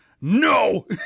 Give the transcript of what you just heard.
No